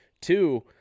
two